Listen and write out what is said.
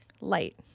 Light